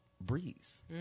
breeze